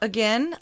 Again